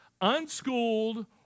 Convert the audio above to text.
unschooled